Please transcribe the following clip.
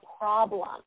problem